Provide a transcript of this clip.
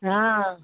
हँ